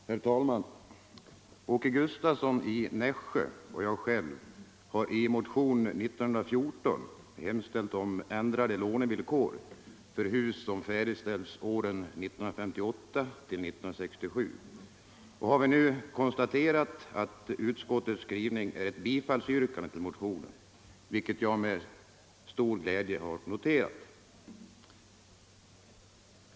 Herr talman! Herr Åke Gustavsson i Nässjö och jag har i motionen 1914 hemställt om ändrade lånevillkor för hus som färdigställts åren 1958-1967. Vi har nu med stor glädje konstaterat att utskottets skrivning är ett bifallsyrkande till motionen.